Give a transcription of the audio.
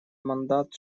мандат